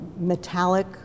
metallic